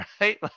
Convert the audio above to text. right